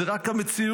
זה רק המציאות.